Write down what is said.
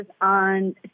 on